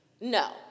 No